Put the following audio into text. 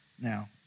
now